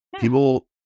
people